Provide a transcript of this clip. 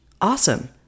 Awesome